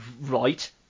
right